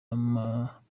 amashami